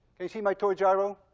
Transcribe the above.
you see my toy gyro?